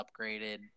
upgraded